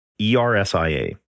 ERSIA